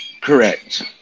Correct